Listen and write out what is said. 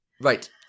right